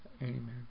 Amen